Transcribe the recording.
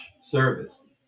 service